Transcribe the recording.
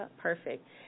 Perfect